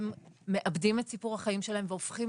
הם מעבדים את סיפור החיים שלהם והופכים